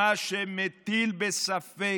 מה שמטיל ספק